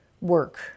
work